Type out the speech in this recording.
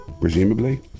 presumably